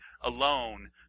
alone